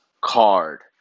card